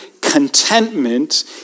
contentment